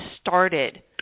started